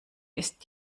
ist